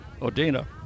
Odina